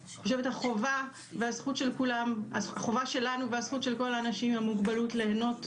החובה שלנו והזכות של כל האנשים עם המוגבלות ליהנות,